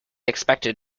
expected